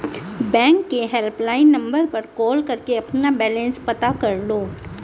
bank के helpline number पर call करके अपना बैलेंस पता कर लो